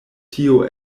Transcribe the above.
tio